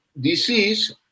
disease